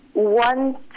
one